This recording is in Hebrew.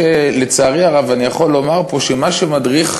לצערי הרב אני יכול לומר פה שמה שמדריך